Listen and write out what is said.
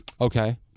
Okay